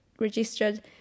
registered